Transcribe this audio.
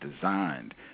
designed